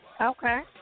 Okay